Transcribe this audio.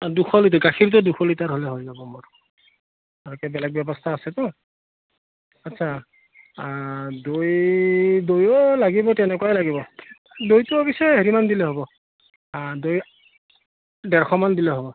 দুশ লিটাৰ গাখীৰটো দুশ লিটাৰ হ'লে হৈ যাব মোৰ আৰু বেলেগ ব্যৱস্থা আছেতো আচ্ছা দৈ দৈয়ো লাগিব তেনেকুৱাই লাগিব দৈটো অৱশ্যে হেৰিমান দিলে হ'ব দৈ ডেৰশ মান দিলে হ'ব